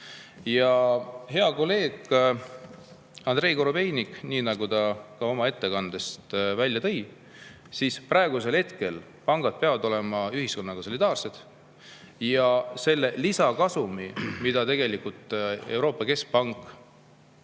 Ja hea kolleeg Andrei Korobeinik tõi ka oma ettekandes välja, et praegusel hetkel peavad pangad olema ühiskonnaga solidaarsed ja selle lisakasumi, mille tegelikult Euroopa Keskpank